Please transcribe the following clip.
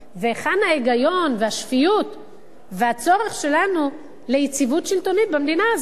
והיכן ההיגיון והשפיות והצורך שלנו ביציבות שלטונית במדינה הזאת?